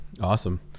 Awesome